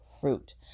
fruit